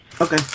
Okay